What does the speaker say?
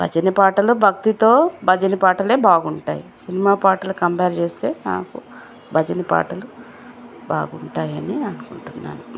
భజన పాటలు భక్తితో భజన పాటలే బాగుంటాయి సినిమా పాటలు కంపేర్ చేస్తే నాకు భజన పాటలు బాగుంటాయని అనుకుంటున్నాను